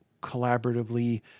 collaboratively